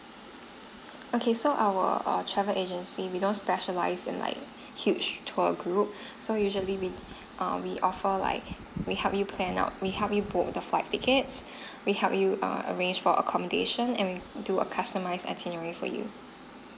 okay so our err travel agency we don't specialize in like huge tour group so usually we err we offer like we help you plan out we help you book the flight tickets we help you err arrange for accommodation and do a customized itinerary for you